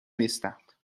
نیستند